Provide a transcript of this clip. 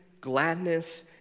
gladness